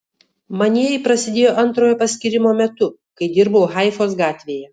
manieji prasidėjo antrojo paskyrimo metu kai dirbau haifos gatvėje